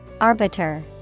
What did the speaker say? Arbiter